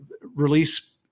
release